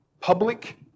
public